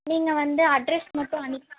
நீங்கள் வந்து அட்ரெஸ் மட்டும் அனுப்